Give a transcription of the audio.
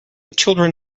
children